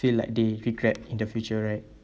feel like they regret in the future right